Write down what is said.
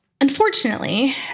unfortunately